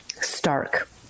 stark